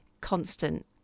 constant